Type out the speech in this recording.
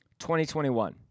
2021